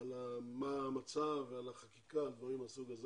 מצב החקיקה בארצות השונות.